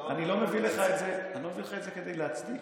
אני לא מביא לך את זה כדי להצדיק.